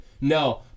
No